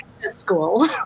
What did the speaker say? school